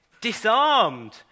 disarmed